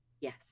Yes